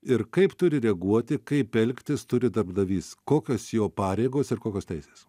ir kaip turi reaguoti kaip elgtis turi darbdavys kokios jo pareigos ir kokios teisės